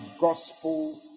gospel